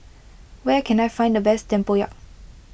where can I find the best Tempoyak